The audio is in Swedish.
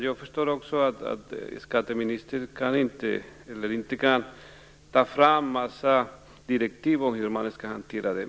Jag förstår att skatteministern inte kan ta fram en massa direktiv om hur detta skall hanteras.